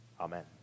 Amen